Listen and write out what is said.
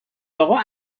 اقا